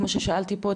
כמו ששאלתי פה,